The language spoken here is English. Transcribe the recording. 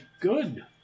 good